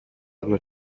одно